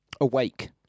awake